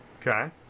Okay